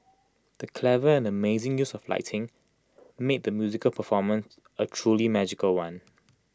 the clever and amazing use of lighting made the musical performance A truly magical one